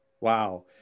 Wow